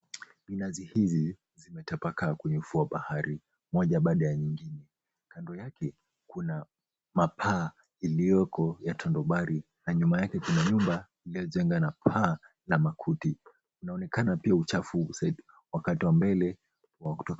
Minazi hizi zimetapakaa kwenye ufuo wa bahari, moja baada ya nyingine. Kando yake, kuna mapaa iliyoko ya tonobari na nyuma yake kuna nyumba illiyojengwa na paa la makuti. Inaonekana pia uchafu wakati wa mbele.